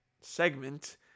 segment